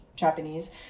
Japanese